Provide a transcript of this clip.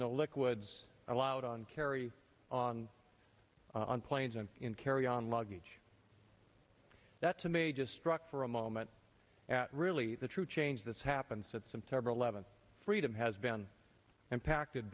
no liquids allowed on carry on on planes and in carry on luggage that to me just struck for a moment at really the true change that's happened since september eleventh freedom has been impacted